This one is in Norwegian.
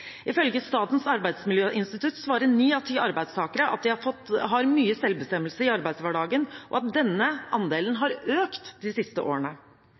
Ifølge Statens arbeidsmiljøinstitutt svarer ni av ti arbeidstakere at de har mye selvbestemmelse i arbeidshverdagen, og at denne andelen har økt de siste årene.